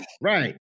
Right